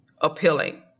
appealing